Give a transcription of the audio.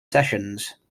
sessions